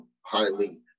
highly